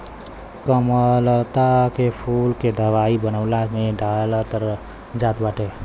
कमललता के फूल के दवाई बनवला में डालल जात बाटे